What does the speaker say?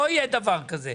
לא יהיה דבר כזה.